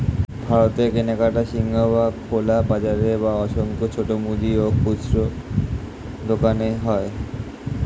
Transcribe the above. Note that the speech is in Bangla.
ভারতে কেনাকাটার সিংহভাগ খোলা বাজারে বা অসংখ্য ছোট মুদি ও খুচরো দোকানে হয়